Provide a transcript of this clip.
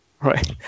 Right